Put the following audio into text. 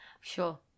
Sure